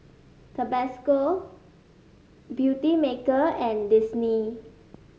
Tabasco Beautymaker and Disney